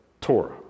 Torah